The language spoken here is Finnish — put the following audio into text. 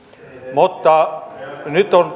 mutta nyt